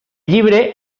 llibre